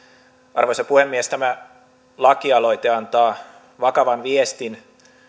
arvoisa puhemies tämä lakialoite antaa vakavan viestin